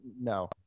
No